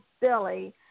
Billy